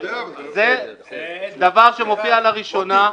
זה דבר שמופיע לראשונה.